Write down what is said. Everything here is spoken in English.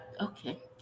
okay